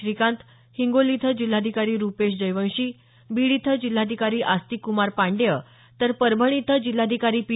श्रीकांत हिंगोली इथं जिल्हाधिकारी रूचेश जयवंशी बीड इथं जिल्हाधिकारी आस्तिक कुमार पाण्डेय तर परभणी इथं जिल्हाधिकारी पी